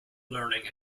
learning